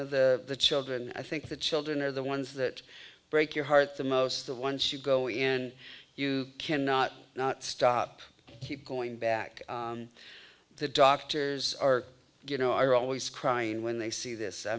of the children i think the children are the ones that break your heart the most the once you go in you cannot not stop keep going back the doctors are going to are always crying when they see this i